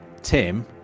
tim